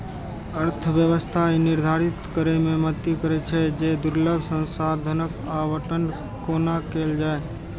अर्थव्यवस्था ई निर्धारित करै मे मदति करै छै, जे दुर्लभ संसाधनक आवंटन कोना कैल जाए